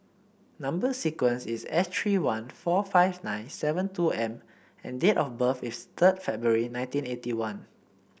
number sequence is S three one four five nine seven two M and date of birth is third February nineteen eighty one